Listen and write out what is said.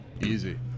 Easy